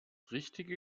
richtige